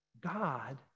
God